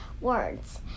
words